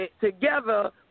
together